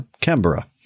Canberra